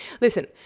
listen